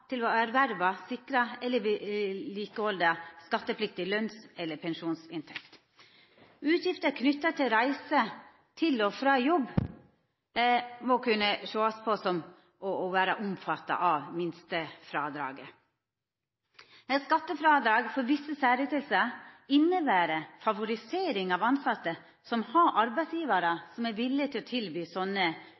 til å erverva, sikra eller vedlikehalda skattepliktig lønns- eller pensjonsinntekt. Utgifter knytte til reise til og frå jobb må kunne sjåast som omfatta av minstefrådraget. Skattefrådrag for visse særytingar inneber favorisering av tilsette som har arbeidsgjevarar som er villige til å tilby